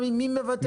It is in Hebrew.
מי מבטל תחנות?